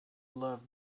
love